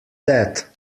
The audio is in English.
that